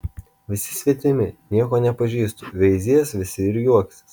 visi svetimi nieko nepažįstu veizės visi ir juoksis